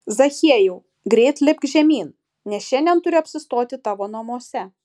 zachiejau greit lipk žemyn nes šiandien turiu apsistoti tavo namuose